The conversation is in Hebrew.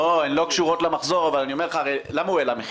הן לא קשורות למחזור אבל הרי למה הוא העלה מחירים?